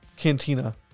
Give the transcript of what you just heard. Cantina